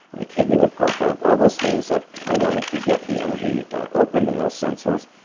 and the kidney would perk up, all those things that i wanted to get the energy open in those sensors.